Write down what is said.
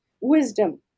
wisdom